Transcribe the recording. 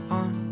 on